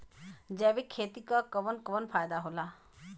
जैविक खेती क कवन कवन फायदा होला?